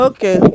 Okay